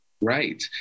Right